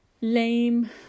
lame